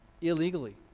illegally